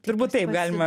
turbūt taip galima